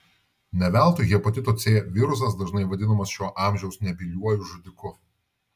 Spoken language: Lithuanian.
ne veltui hepatito c virusas dažnai vadinamas šio amžiaus nebyliuoju žudiku